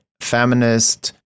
feminist